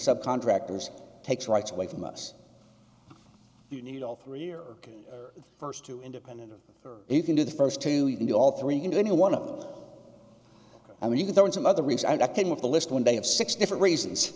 subcontractors takes rights away from us you need all three or first two independent or you can do the first two you can do all three you can do any one of them i mean you can throw in some other reason i can with the list one day of six different reasons